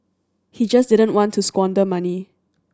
he just didn't want to squander money